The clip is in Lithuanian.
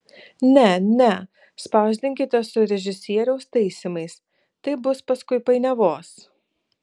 ne ne spausdinkite su režisieriaus taisymais taip bus paskui painiavos